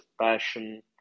passion